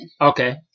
Okay